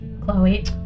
Chloe